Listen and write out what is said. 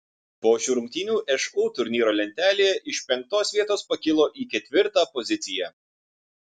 po šių rungtynių šu turnyro lentelėje iš penktos vietos pakilo į ketvirtą poziciją